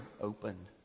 opened